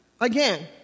again